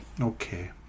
Okay